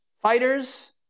fighters